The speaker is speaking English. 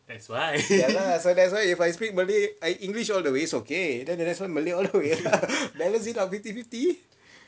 ya lah so that's why if I speak malay I english all the way is okay then the rest all malay all together level out fifty fifty